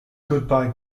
goodbye